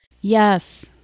Yes